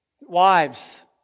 Wives